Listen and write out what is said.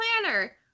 planner